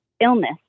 illness